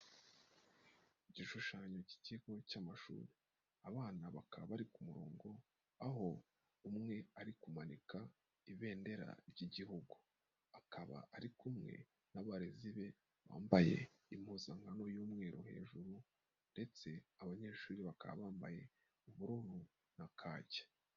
Igishushanyo cy'ikigo cy'amashuri. Aana bakaba bari ku murongo, aho umwe ari kumanika ibendera ry'igihugu. Akaba ari kumwe n'abarezi be bambaye impuzankano y'umweru hejuru ndetse abanyeshuri bakaba bambaye ubururu na kacye.